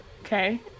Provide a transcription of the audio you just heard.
okay